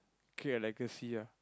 keep your legacy ah